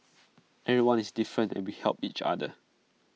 everyone is different and we help each other